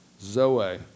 Zoe